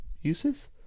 uses